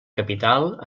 capital